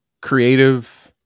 creative